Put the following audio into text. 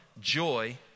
joy